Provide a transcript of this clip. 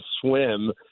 swim